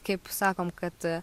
kaip sakom kad